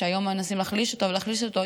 שהיום מנסים להחליש אותו ולהחליש אותו,